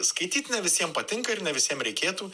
skaityt ne visiem patinka ir ne visiem reikėtų